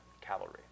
cavalry